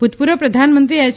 ભૂતપૂર્વ પ્રધાનમંત્રી એય